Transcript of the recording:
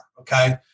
okay